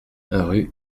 rue